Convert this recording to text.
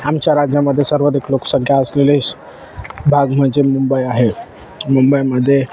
आमच्या राज्यामध्ये सर्वाधिक लोकसंख्या असलेले भाग म्हणजे मुंबई आहे मुंबईमध्ये